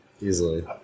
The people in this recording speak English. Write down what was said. easily